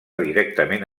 directament